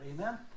amen